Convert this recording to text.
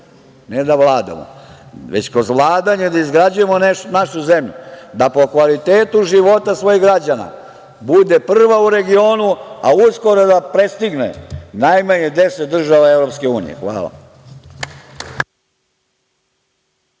ne da vladamo, već kroz vladanje da izgrađujemo našu zemlju, da po kvalitetu života svojih građana bude prva u regionu, a uskoro da prestigne najmanje deset država EU. Hvala.